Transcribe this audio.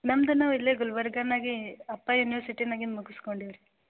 ನಮ್ಮದೂ ನಾವು ಇಲ್ಲೇ ಗುಲ್ಬರ್ಗನಾಗೆ ಅಪ್ಪ ಯೂನಿವರ್ಸಿಟಿನಾಗೆ ಮುಗಿಸ್ಕೊಂಡೀವಿ ರೀ